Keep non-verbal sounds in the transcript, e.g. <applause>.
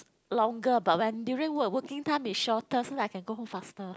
<noise> longer but when during work working time is shorter so that I can go home faster